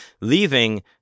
leaving